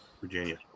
Virginia